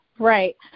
Right